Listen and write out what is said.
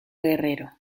guerrero